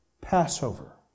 Passover